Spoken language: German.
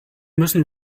müssen